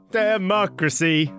democracy